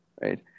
Right